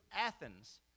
Athens